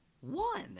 One